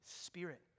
Spirit